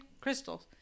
crystals